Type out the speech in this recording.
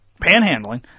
panhandling